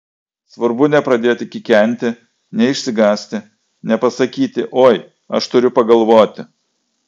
svarbu nepradėti kikenti neišsigąsti nepasakyti oi aš turiu pagalvoti